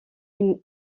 une